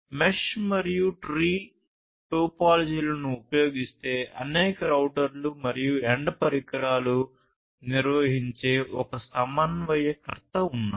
mesh మరియు tree టోపోలాజీలను ఉపయోగిస్తే అనేక రౌటర్లు మరియు ఎండ్ పరికరాలను నిర్వహించే ఒక సమన్వయకర్త ఉన్నారు